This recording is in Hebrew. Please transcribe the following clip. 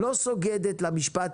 לא סוגדת למשפט